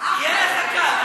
יהיה לך קל,